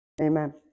Amen